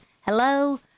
hello